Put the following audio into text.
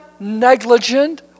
negligent